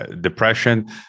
depression